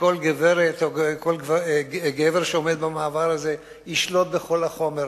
שכל גברת וכל גבר שעומד במעבר הזה ישלוט בכל החומר.